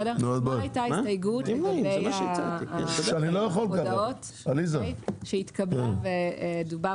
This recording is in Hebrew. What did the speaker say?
הייתה הסתייגות לגבי ההודעות שהתקבלה ודובר